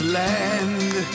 land